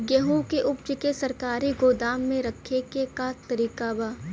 गेहूँ के ऊपज के सरकारी गोदाम मे रखे के का तरीका बा?